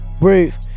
brave